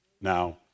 now